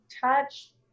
touch